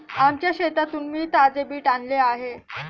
आमच्या शेतातून मी ताजे बीट आणले आहे